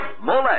Mole